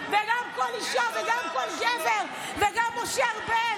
וגם צגה, וגם כל אישה, וגם כל גבר, וגם משה ארבל.